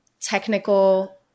technical